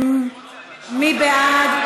מי בעד?